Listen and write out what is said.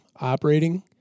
operating